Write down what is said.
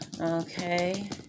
Okay